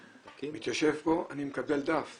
הוא מתיישב פה ואני מקבל דף עם